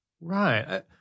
Right